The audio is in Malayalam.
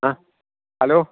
ആ ഹലോ